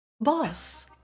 boss